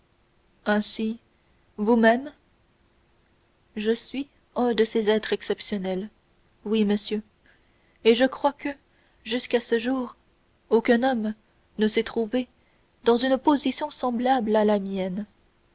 ainsi vous-même je suis un de ces êtres exceptionnels oui monsieur et je crois que jusqu'à ce jour aucun homme ne s'est trouvé dans une position semblable à la mienne